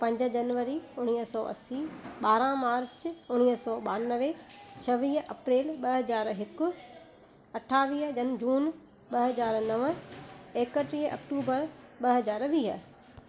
पंज जनवरी उणिवीह सौ असी ॿारहां मार्च उणिवीह सौ ॿियानवे छवीह अप्रेल ॿ हज़ार हिकु अठावीअ जन जून ॿ हज़ार नव एकटीह अक्टूबर ॿ हज़ार वीह